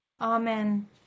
Amen